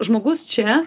žmogus čia